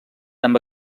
amb